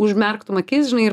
užmerktum akis žinai ir